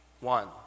one